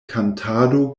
kantado